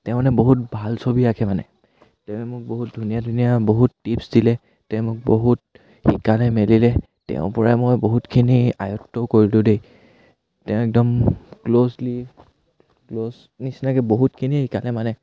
তেওঁ মানে বহুত ভাল ছবি আঁকে মানে তেওঁ মোক বহুত ধুনীয়া ধুনীয়া বহুত টিপছ্ দিলে তেওঁ মোক বহুত শিকালে মেলিলে তেওঁৰ পৰাই মই বহুতখিনি আয়ত্ব কৰিলোঁ দেই তেওঁ একদম ক্ল'জলি ক্ল'জ নিচিনাকৈ বহুতখিনি শিকালে মানে